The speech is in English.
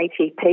ATP